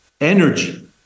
energy